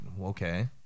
okay